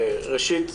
ראשית,